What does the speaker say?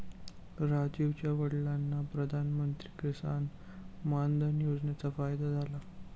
राजीवच्या वडिलांना प्रधानमंत्री किसान मान धन योजनेचा फायदा झाला